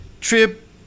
trip